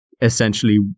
essentially